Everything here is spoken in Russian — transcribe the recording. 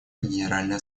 генеральной